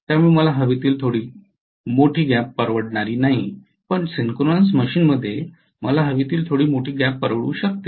त्यामुळे मला हवेतील थोडी मोठी गॅप परवडणारी नाही पण सिंक्रोनस मशीनमध्ये मला हवेतील थोडी मोठी गॅप परवडू शकते